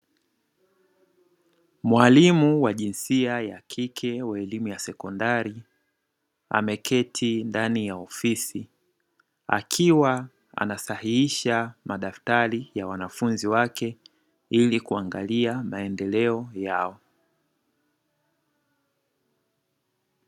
Mwalimu wa jinsia ya kike wa elimu ya sekondari, ameketi ndani ya ofisi akiwa ana sahihisha madaftari ya wanafunzi wake ili kuangalia maendeleo yao.